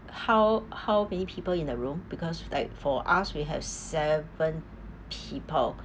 how how many people in the room because like for us we have seven people